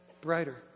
brighter